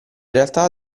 realtà